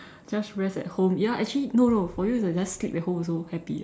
just rest at home ya actually no no for you just sleep at home also happy ah